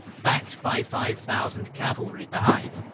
backed by five thousand cavalry behind.